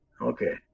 Okay